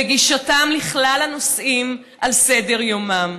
בגישתם לכלל הנושאים שעל סדר-יומם.